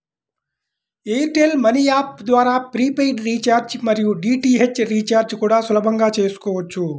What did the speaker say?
air tell money app ద్వారా prepaid recharge మరియు DTH recharge కూడా సులభంగా చేసుకోవచ్చు